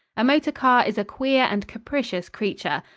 a motor car is a queer and capricious creature.